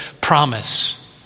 promise